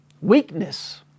weakness